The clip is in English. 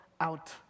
out